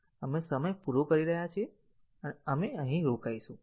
આપણે સમય પૂરો કરી રહ્યા છીએ આપણે અહીં રોકાઈશું